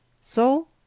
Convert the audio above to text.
So